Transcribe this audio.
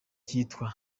kitwa